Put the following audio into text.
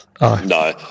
No